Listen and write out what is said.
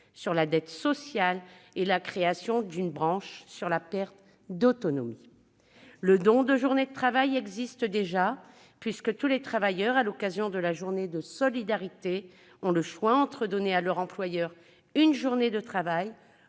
sur la dette sociale et la création d'une branche relative à la perte d'autonomie. Le don de journées de travail existe déjà puisque tous les travailleurs, à l'occasion de la journée de solidarité, ont le choix entre donner à leur employeur une journée de travail